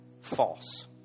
false